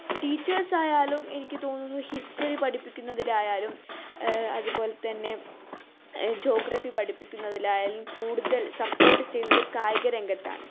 ടീച്ചേഴ്സായാലും എനിക്ക് തോന്നുന്നു ഹിസ്റ്ററി പഠിപ്പിക്കുന്നതിലായാലും അതുപോലെത്തന്നെ ജോഗ്രഫി പഠിപ്പിക്കുന്നതിലായാലും കൂടുതൽ സപ്പോർട്ട് ചെയ്യുന്നത് കായികരംഗത്താണ്